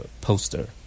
poster